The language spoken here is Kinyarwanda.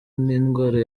n’indwara